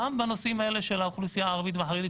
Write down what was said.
גם בנושאים האלה של האוכלוסייה הערבית והחרדית,